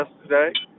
yesterday